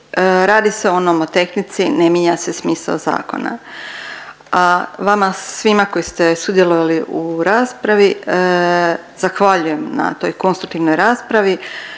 radi se o nomotehnici, ne mijenja se smisao zakona, a vama svima koji ste sudjelovali u raspravi zahvaljujem na toj konstruktivnoj raspravi.